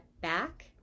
back